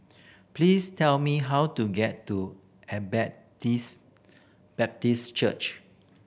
please tell me how to get to Baptist Church